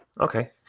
Okay